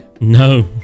No